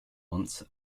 once